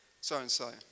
so-and-so